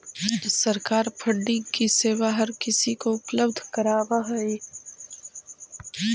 सरकार फंडिंग की सेवा हर किसी को उपलब्ध करावअ हई